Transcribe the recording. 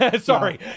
Sorry